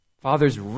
Fathers